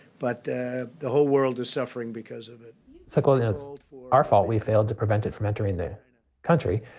but the the whole world is suffering because of it secondly, it's our fault. we failed to prevent it from entering the country.